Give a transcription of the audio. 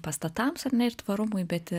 pastatams ir tvarumui bet